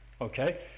Okay